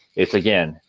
it's, again,